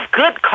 good